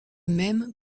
même